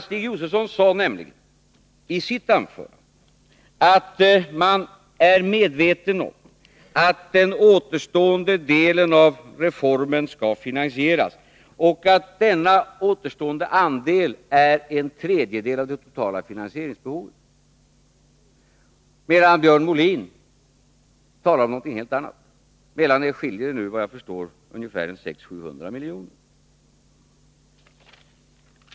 Stig Josefson sade nämligen i sitt anförande att centern är medveten om att den återstående delen av reformen skall finansieras och att denna återstående del utgör en tredjedel av det totala finansieringsbehovet, medan Björn Molin talade om någonting helt annat. Mellan er skiljer det nu, vad jag förstår, ungefär 600-700 miljoner.